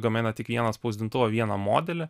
gamina tik vieną spausdintuvą vieną modelį